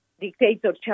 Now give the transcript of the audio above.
dictator